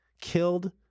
killed